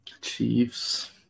Chiefs